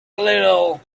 little